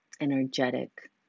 energetic